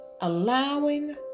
allowing